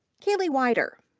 kaylee wiater.